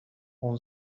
اون